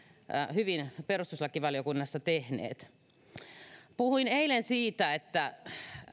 hyvin perustuslakivaliokunnassa tehneet puhuin eilen siitä että